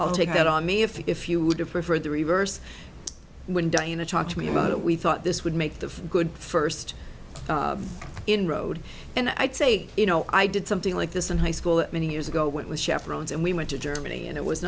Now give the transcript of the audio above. i'll take that i mean if if you would have preferred the reverse when diana talked to me about it we thought this would make the good first inroad and i'd say you know i did something like this in high school that many years ago went with chef runs and we went to germany and it was